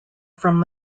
from